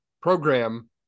program